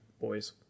boys